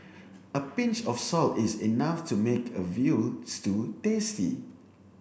a pinch of salt is enough to make a veal stew tasty